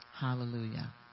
Hallelujah